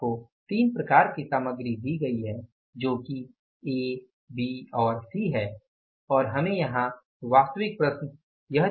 आपको तीन प्रकार की सामग्री दी गई है जो कि ए बी और सी है और हमें यहां वास्तविक प्रश्न यह दिया गया है